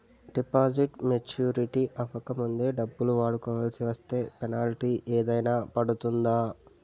Deposit maturity అవ్వక ముందే డబ్బులు వాడుకొవాల్సి వస్తే పెనాల్టీ ఏదైనా పడుతుందా?